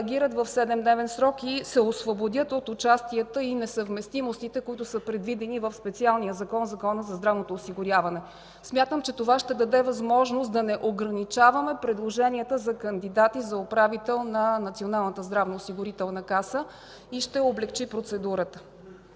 да реагират в 7-дневен срок и да се освободят от участията и несъвместимостите, предвидени в специалния Закон за здравното осигуряване. Смятам, че това ще даде възможност да не ограничаваме предложенията за кандидати за управител на Националната здравноосигурителна каса и ще облекчи процедурата.